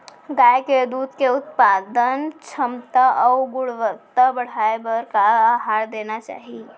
गाय के दूध के उत्पादन क्षमता अऊ गुणवत्ता बढ़ाये बर का आहार देना चाही?